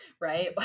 right